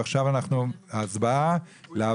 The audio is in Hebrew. הצבעה אושר המיזוג אושר פה אחד.